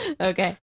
Okay